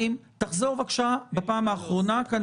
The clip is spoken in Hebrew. תחזור בבקשה בפעם האחרונה.